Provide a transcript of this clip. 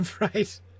Right